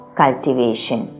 cultivation